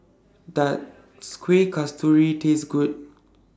Does Kueh Kasturi Taste Good